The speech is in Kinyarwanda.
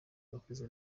abakuze